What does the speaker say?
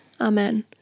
Amen